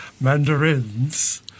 mandarins